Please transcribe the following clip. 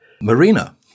marina